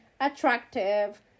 attractive